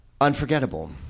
unforgettable